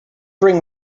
bring